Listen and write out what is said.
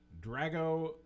Drago